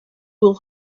will